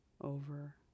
over